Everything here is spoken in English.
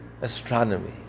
astronomy